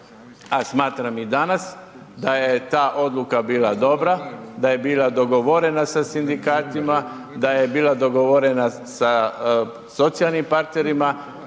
a smatram i danas da je ta odluka bila dobra, da je bila dogovorena sa sindikatima, da je bila dogovorena sa socijalnim partnerima